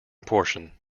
portion